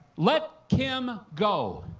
let kim go.